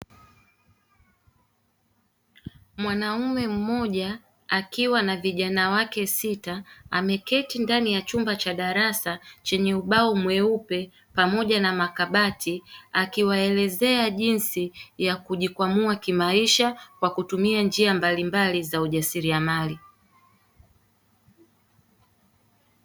Mwanaume mmoja akiwa na vijana wake sita ameketi ndani ya chumba cha darasa chenye ubao mweupe pamoja na makabati akiwaelezea jinsi ya kujikwamua kimaisha kwa kutumia njia mbalimbali za ujasiriamali.